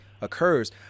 occurs